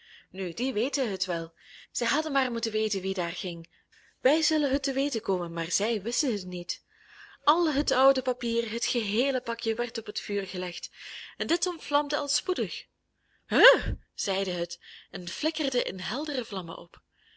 nu die weten het wel zij hadden maar moeten weten wie daar ging wij zullen het te weten komen maar zij wisten het niet al het oude papier het geheele pakje werd op het vuur gelegd en dit ontvlamde al spoedig hu zeide het en flikkerde in heldere vlammen op